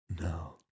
no